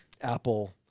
Apple